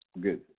Good